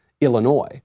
Illinois